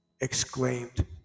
exclaimed